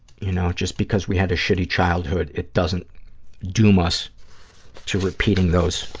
you know, just because we had a shitty childhood, it doesn't doom us to repeating those